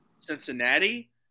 Cincinnati